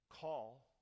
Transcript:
call